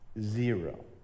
Zero